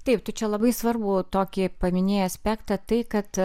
taip tu čia labai svarbų tokį paminėjai aspektą tai kad